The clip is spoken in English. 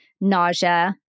nausea